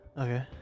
okay